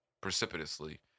precipitously